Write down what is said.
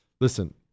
Listen